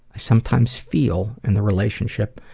sometimes feel in the relationship,